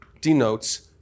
denotes